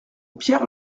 pierre